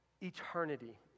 eternity